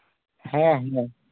ᱦᱮᱸ